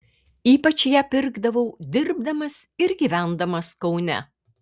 ypač ją pirkdavau dirbdamas ir gyvendamas kaune